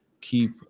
keep